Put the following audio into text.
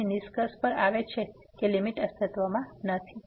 તેથી નિષ્કર્ષ પર આવે છે કે લીમીટ અસ્તિત્વમાં નથી